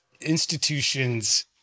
institutions